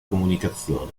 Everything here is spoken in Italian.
comunicazione